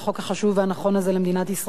כל המחקרים מעידים על כך שהם מגיעים למעגל העוני.